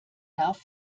darf